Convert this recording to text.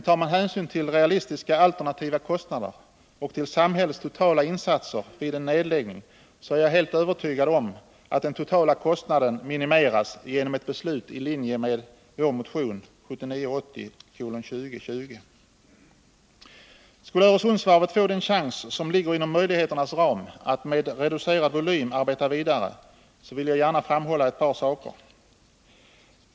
Tar man hänsyn till realistiska alternativa kostnader och till samhällets totala insatser vid en nedläggning, är jag helt övertygad om att den totala kostnaden minimeras genom ett beslut i linje med vår motion 1979/ 80:2020. Skulle Öresundsvarvet få den chans som ligger inom möjligheternas ram att med reducerad volym arbeta vidare, vill jag gärna framhålla ett par saker.